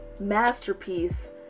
masterpiece